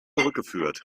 zurückgeführt